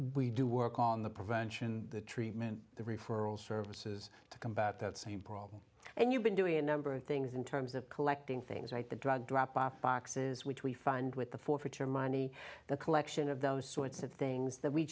we do work on the prevention the treatment the referral services to combat that same problem and you've been doing a number of things in terms of collecting things right the drug drop off boxes which we find with the forfeiture money the collection of those sorts of things that we